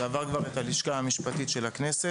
זה עבר כבר את הלשכה המשפטית של הכנסת.